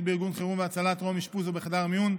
בארגון חירום והצלה טרום אשפוז או בחדר מיון),